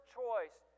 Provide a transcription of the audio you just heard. choice